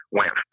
went